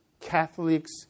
Catholics